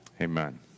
amen